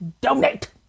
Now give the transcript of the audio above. Donate